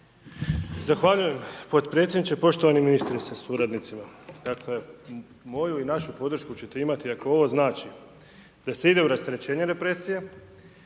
Zahvaljujem potpredsjedniče. Poštovani ministre sa suradnicima, moju i našu podršku ćete imati ako ovo znači, da se ide u rasterećenje represije,